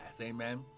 Amen